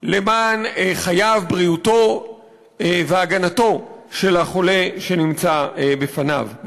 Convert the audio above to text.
למען חייו, בריאותו והגנתו של החולה שנמצא בפניו.